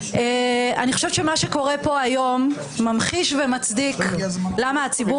אני חושבת שמה שקורה פה היום ממחיש ומצדיק למה הציבור